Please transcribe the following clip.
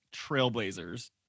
Trailblazers